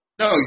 No